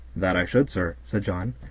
that i should, sir, said john,